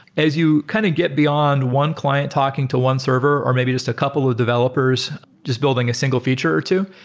as you kind of get beyond one client talking to one server or maybe just a couple of developers just building a single feature or two,